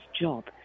job